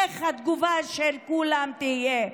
איך התגובה של כולם תהיה?